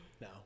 No